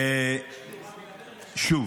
שוב,